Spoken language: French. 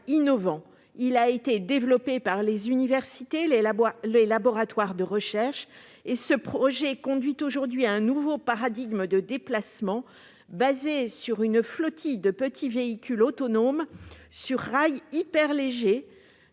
a été développé par les universités et les laboratoires de recherche et conduit aujourd'hui à un nouveau paradigme de déplacement, fondé sur une flottille de petits véhicules autonomes sur rail hyperlégers,